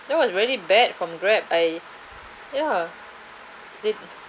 that was really bad from Grab I ya did